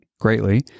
greatly